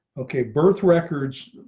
okay, birth records.